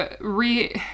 re